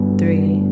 three